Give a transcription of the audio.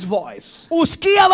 voice